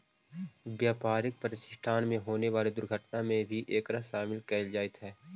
व्यापारिक प्रतिष्ठान में होवे वाला दुर्घटना में भी एकरा शामिल कईल जईत हई